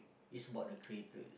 is about the creator